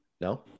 no